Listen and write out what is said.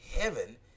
heaven